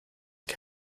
que